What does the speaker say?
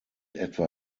etwa